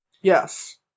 Yes